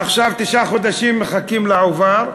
עכשיו, תשעה חודשים מחכים לעובר,